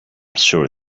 sure